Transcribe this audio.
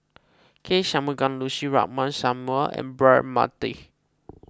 K Shanmugam Lucy Ratnammah Samuel and Braema Mathi